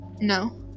No